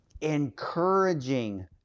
encouraging